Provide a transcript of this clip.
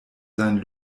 seinen